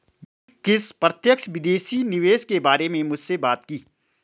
बिलकिश प्रत्यक्ष विदेशी निवेश के बारे में मुझसे बात की